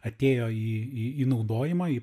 atėjo į į į naudojimą į